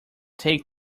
take